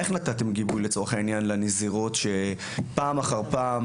איך נתתם גיבוי לנזירות שפעם אחר פעם